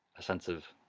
a sense of